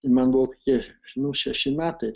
ir man buvo kokie nu šeši metai